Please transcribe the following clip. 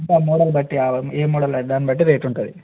ఆ మోడల్ బట్టి ఏ మోడల్ దాన్ని బట్టి రేటు ఉంటుంది